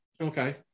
okay